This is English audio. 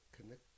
connect